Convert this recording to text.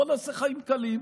בוא נעשה חיים קלים: